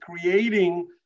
creating